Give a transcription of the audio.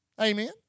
Amen